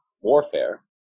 warfare